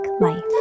life